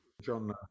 John